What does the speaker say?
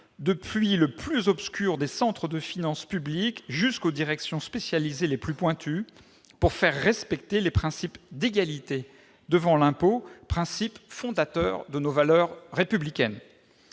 du plus obscur des centres de finances publiques jusqu'aux directions spécialisées les plus pointues, pour faire respecter le principe d'égalité devant l'impôt, principe fondateur de nos valeurs républicaines.